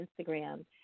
Instagram